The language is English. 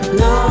no